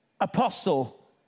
apostle